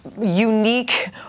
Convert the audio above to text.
unique